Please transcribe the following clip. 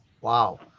Wow